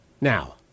Now